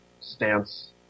stance